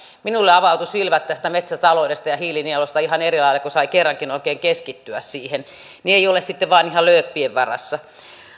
minulla avautuivat silmät tästä metsätaloudesta ja hiilinielusta ihan eri lailla kun sai kerrankin oikein keskittyä siihen eikä ole sitten ihan vain lööppien varassa